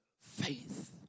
faith